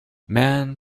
man